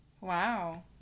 Wow